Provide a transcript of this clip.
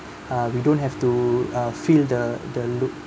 uh we don't have to uh feel the the loneliness